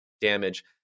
Damage